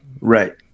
right